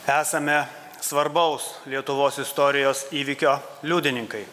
esame svarbaus lietuvos istorijos įvykio liudininkai